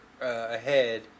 ahead